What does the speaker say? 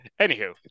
Anywho